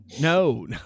No